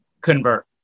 convert